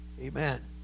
amen